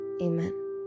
Amen